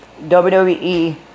WWE